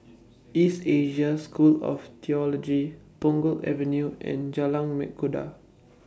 East Asia School of Theology Punggol Avenue and Jalan Mengkudu